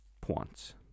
points